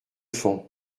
fond